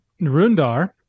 Narundar